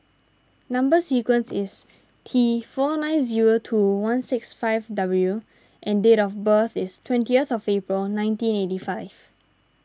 Number Sequence is T four nine zero two one six five W and date of birth is twentieth April nineteen eighty five